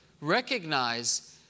Recognize